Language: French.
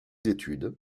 études